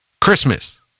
Christmas